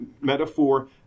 metaphor